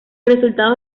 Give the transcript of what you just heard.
resultados